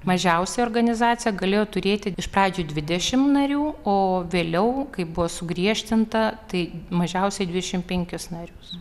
mažiausia organizacija galėjo turėti iš pradžių dvidešimt narių o vėliau kaip buvo sugriežtinta tai mažiausiai dvidešimt penkis narius